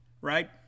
right